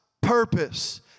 purpose